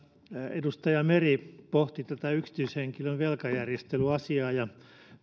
edustaja meri pohti tätä yksityishenkilön velkajärjestelyasiaa ja